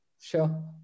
Sure